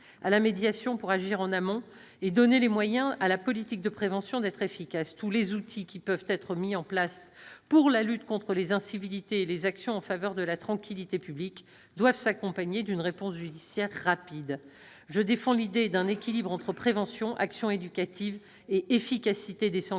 la médiation, pour agir en amont, et de donner à la politique de prévention les moyens d'être efficace. Tous les outils qui peuvent être mis en place pour la lutte contre les incivilités et les actions en faveur de la tranquillité publique doivent s'accompagner d'une réponse judiciaire rapide. Je défends l'idée d'un équilibre entre prévention, actions éducatives et effectivité des sanctions